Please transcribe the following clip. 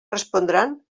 respondran